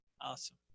Awesome